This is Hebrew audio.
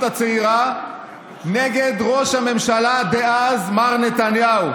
הצעירה נגד ראש הממשלה דאז מר נתניהו,